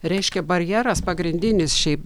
reiškia barjeras pagrindinis šiaip